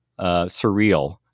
surreal